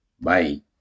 bye